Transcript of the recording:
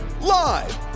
Live